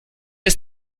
ist